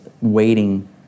waiting